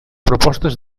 propostes